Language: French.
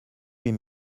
huit